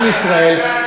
עם ישראל.